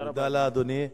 תודה לאדוני.